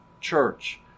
church